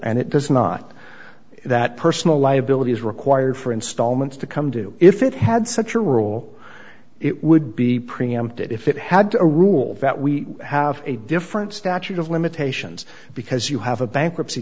and it does not that personal liability is required for installments to come due if it had such a rule it would be preempted if it had a rule that we have a different statute of limitations because you have a bankruptcy